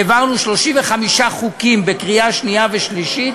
העברנו 35 חוקים בקריאה שנייה ושלישית,